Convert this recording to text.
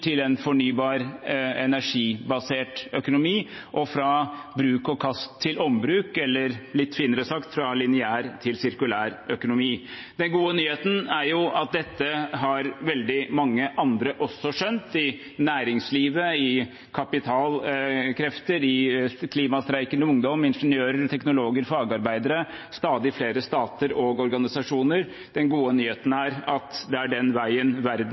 ha en betydelig omlegging av vår økonomi, fra fossil til fornybar, energibasert økonomi og fra bruk og kast til ombruk, eller, litt finere sagt, fra en lineær til sirkulær økonomi. Den gode nyheten er at dette har veldig mange andre også skjønt – næringslivet, kapitalkrefter, klimastreikende ungdom, ingeniører, teknologer, fagarbeidere og stadig flere stater og organisasjoner. Den gode nyheten er at det er den veien verden